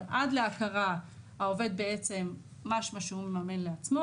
אבל עד להכרה העובד בעצם מממן לעצמו.